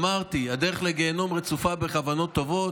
אמרתי, הדרך לגיהינום רצופה בכוונות טובות,